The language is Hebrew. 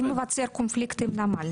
--- קונפליקט עם נמל.